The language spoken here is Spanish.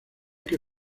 que